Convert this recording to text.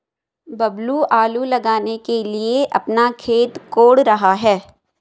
बबलू आलू लगाने के लिए अपना खेत कोड़ रहा है